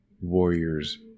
warriors